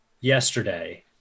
yesterday